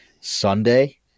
Sunday